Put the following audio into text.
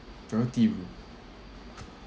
priority room